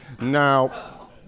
Now